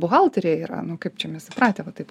buhalteriai yra nu kaip čia mes įpratę va taip